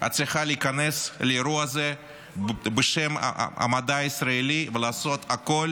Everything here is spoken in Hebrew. את צריכה להיכנס לאירוע הזה בשם המדע הישראלי ולעשות הכול